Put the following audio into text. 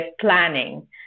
planning